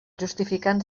justificants